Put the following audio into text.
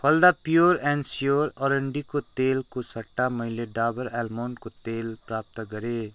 Phalada pure and sure अरन्डीको तेलको सट्टा मैले डाबर आमोन्डको तेल प्राप्त गरेँ